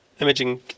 imaging